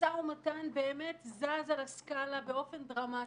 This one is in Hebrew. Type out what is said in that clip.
והמשא ומתן באמת זז על הסקאלה באופן דרמטי.